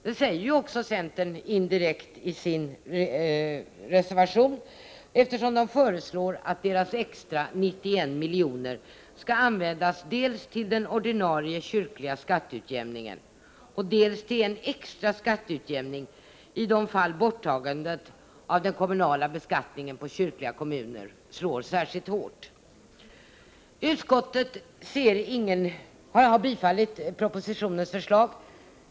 Det säger också centerns företrädare indirekt i sin reservation, eftersom de föreslår att de extra 91 miljonerna skall användas dels till den ordinarie kyrkliga skatteutjämningen, dels till en extra skatteutjämning i de fall borttagandet av den kommunala beskattningen på kyrkliga kommuner slår särskilt hårt. Utskottet har biträtt propositionens förslag.